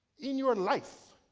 in your life,